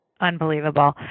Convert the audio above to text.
Unbelievable